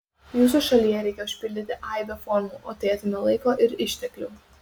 jūsų šalyje reikia užpildyti aibę formų o tai atima laiko ir išteklių